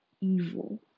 evil